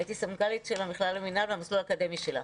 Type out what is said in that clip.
הייתי הסמנכ"לית של המכללה למינהל במסלול האקדמי שלה.